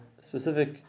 specific